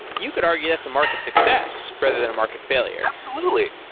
you could argue that's a market success rather than market failure. absolutely.